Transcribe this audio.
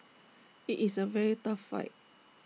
IT is A very tough fight